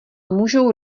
můžou